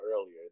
earlier